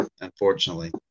unfortunately